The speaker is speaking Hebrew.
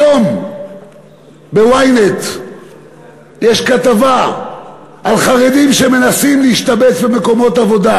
היום ב-ynet יש כתבה על חרדים שמנסים להשתבץ במקומות עבודה,